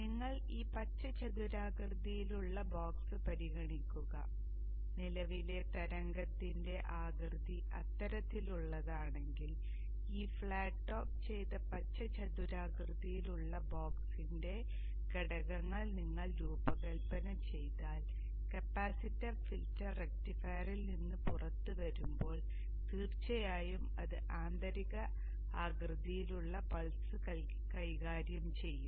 നിങ്ങൾ ഈ പച്ച ചതുരാകൃതിയിലുള്ള ബോക്സ് പരിഗണിക്കുക നിലവിലെ തരംഗത്തിന്റെ ആകൃതി അത്തരത്തിലുള്ളതാണെങ്കിൽ ഈ ഫ്ലാറ്റ് ടോപ്പ് ചെയ്ത പച്ച ചതുരാകൃതിയിലുള്ള ബോക്സിന്റെ ഘടകങ്ങൾ നിങ്ങൾ രൂപകൽപ്പന ചെയ്താൽ കപ്പാസിറ്റർ ഫിൽട്ടർ റക്റ്റിഫയറിൽ നിന്ന് പുറത്തുവരുമ്പോൾ തീർച്ചയായും അത് ആന്തരിക ആകൃതിയിലുള്ള പൾസ് കൈകാര്യം ചെയ്യും